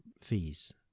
fees